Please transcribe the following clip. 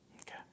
Okay